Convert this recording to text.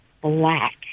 black